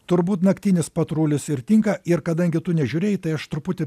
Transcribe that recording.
turbūt naktinis patrulis ir tinka ir kadangi tu nežiūrėjai tai aš truputį